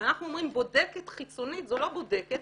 כשאנחנו אומרים בודקת חיצונית זה לא בודקת,